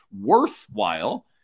worthwhile